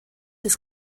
des